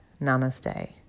Namaste